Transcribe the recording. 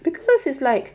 because is like